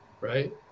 right